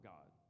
God